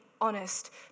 honest